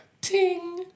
Ting